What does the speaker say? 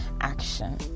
action